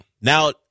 Now